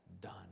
done